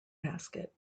basket